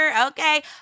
Okay